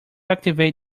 activate